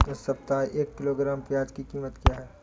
इस सप्ताह एक किलोग्राम प्याज की कीमत क्या है?